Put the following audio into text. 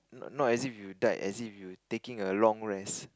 not as if you died as if you taking a long rest